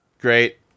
Great